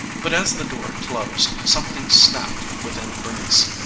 but as the door closed something snapped within bernice.